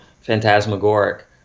phantasmagoric